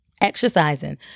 Exercising